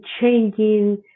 changing